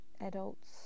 adults